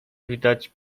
widać